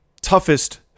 toughest